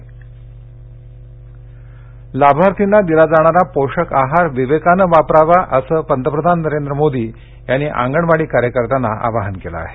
अंगणवाडी लाभार्थींना दिला जाणारा पोषक आहार विवेकानं वापरावा असं पंतप्रधान मोदी यांनी अंगणवाडी कार्यकर्त्यांना आवाहन केलं आहे